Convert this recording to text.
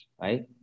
right